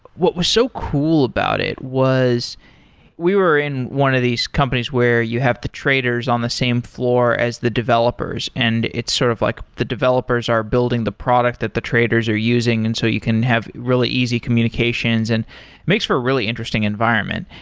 what was so cool about it was we were in one of these companies where you have the traders on the same floor as the developers, and it's sort of like the developers are building the product that the traders are using. and so you can have really easy communications and makes for a really interesting environment.